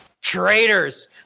traitors